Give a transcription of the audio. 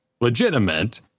legitimate